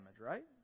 right